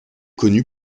connu